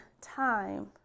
time